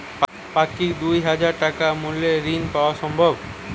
পাক্ষিক দুই হাজার টাকা মূল্যের ঋণ পাওয়া সম্ভব?